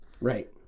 Right